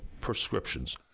prescriptions